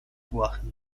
błahym